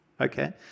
Okay